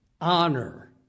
honor